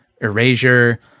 erasure